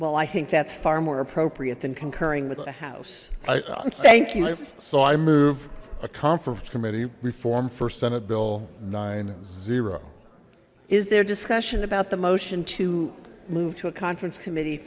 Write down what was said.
well i think that's far more appropriate than concurring with the house thank you so i move a conference committee reform for senate bill nine zero is there discussion about the motion to move to a conference committee